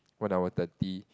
one hour thirty